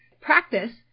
practice